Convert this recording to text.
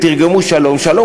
תרגמו "שלום"; שלום,